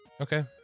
okay